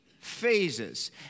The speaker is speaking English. Phases